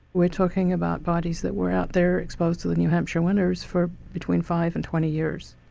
we're talking about bodies that were out there exposed to the new hampshire winters for between five and twenty years.